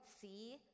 see